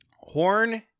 Horn